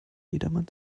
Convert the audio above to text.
jedermann